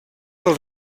del